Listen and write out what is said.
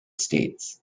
states